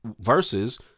versus